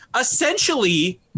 essentially